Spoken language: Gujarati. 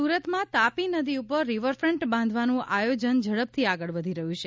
સુરત રીવરફન્ટ સુરતમાં તાપી નદી ઉપર રીવરફ્રન્ટ બાંધવાનું આયોજન ઝડપથી આગળ વધી રહ્યું છે